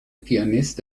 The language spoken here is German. pianist